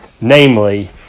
Namely